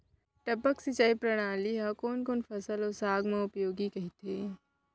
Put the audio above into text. टपक सिंचाई प्रणाली ह कोन कोन फसल अऊ साग म उपयोगी कहिथे?